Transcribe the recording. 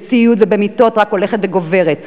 בציוד ובמיטות רק הולכת וגוברת.